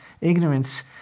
ignorance